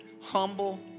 humble